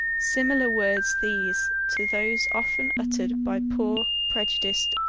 similar words these to those often uttered by poor, prejudiced,